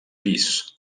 pis